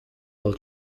will